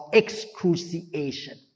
excruciation